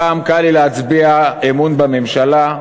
הפעם קל לי להצביע אמון בממשלה.